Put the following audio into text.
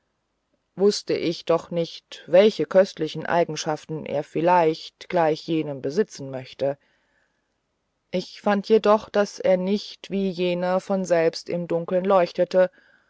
wußte ich doch nicht welche köstlichen eigenschaften er vielleicht gleich jenem besitzen möchte ich fand jedoch daß er nicht wie jener von selber im dunkeln leuchtete